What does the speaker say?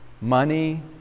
money